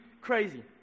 crazy